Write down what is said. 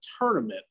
tournament